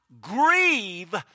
grieve